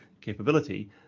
capability